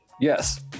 Yes